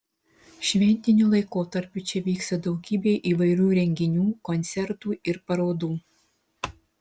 šventiniu laikotarpiu čia vyksta daugybė įvairių renginių koncertų ir parodų